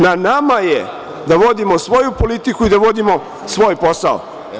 Na nama je da vodimo svoju politiku i da vodimo svoj posao.